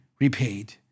repaid